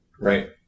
Right